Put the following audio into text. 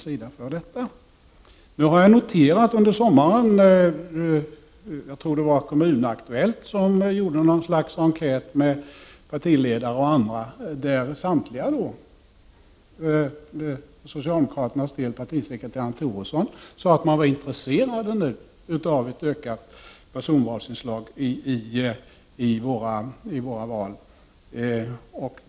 Jag har under sommaren noterat att Kommun-Aktuellt har gjort en enkät bland partiledare och andra, där samtliga — för socialdemokraternas del partisekreterare Bo Toresson — har sagt att de nu är intresserade av ett ökat personvalsinslag i våra val.